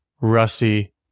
Rusty